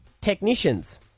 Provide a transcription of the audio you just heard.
technicians